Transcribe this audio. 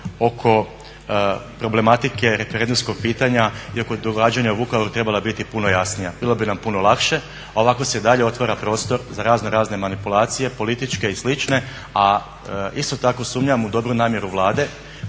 oko problematike referendumskog pitanja i oko događanja u Vukovaru trebala biti puno jasnija. Bilo bi nam puno lakše, a ovako se i dalje otvara prostor za raznorazne manipulacije političke i slične. Isto tako sumnjam u dobru namjeru Vlade